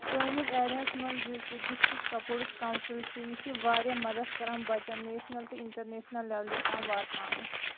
سٲنِس ایرِیاہَس منٛز یُس یہِ ڈِسٹِک سپوٹٕس کَونسل چھِ یہِ چھِ واریاہ مَدَد کَران بَچَن نیشنَل تہٕ اِنٹَرنیشنَل لیولہِ تام واتناونَس